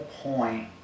point